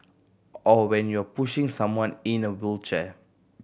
or when you're pushing someone in a wheelchair